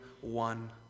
one